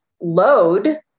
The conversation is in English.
load